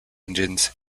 engines